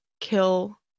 kill